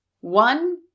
One